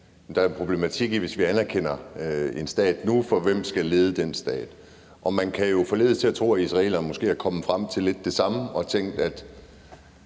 er en problematik i det, hvis vi nu anerkender en stat, for hvem skal lede den stat? Og man kan jo forledes til at tro, at israelerne måske er kommet frem til lidt af det samme, og at